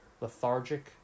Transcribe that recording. lethargic